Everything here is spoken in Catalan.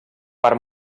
per